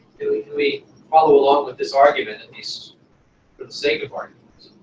do we follow along with this argument, at least for the sake of argument?